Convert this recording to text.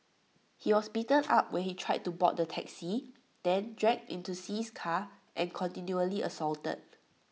he was beaten up when he tried to board the taxi then dragged into See's car and continually assaulted